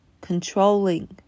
controlling